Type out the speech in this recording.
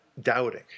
doubting